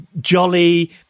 jolly